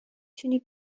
تونی